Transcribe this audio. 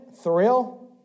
thrill